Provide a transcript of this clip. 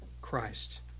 Christ